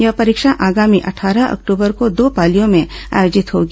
यह परीक्षा आगामी अट्ठारह अक्ट्बर को दो पालियों में आयोजित होगी